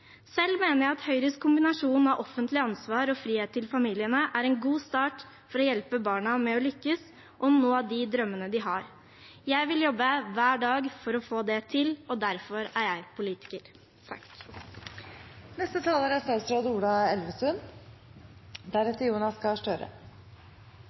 Selv mener jeg at Høyres kombinasjon av offentlig ansvar og frihet til familiene er en god start for å hjelpe barna med å lykkes med å nå de drømmene de har. Jeg vil jobbe hver dag for å få det til, og derfor er jeg politiker.